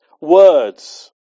words